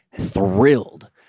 thrilled